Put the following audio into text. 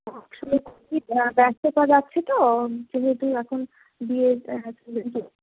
আসলে খুবই ব্যস্ততা যাচ্ছে তো যেহেতু এখন বিয়ের সিজন চলছে